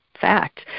fact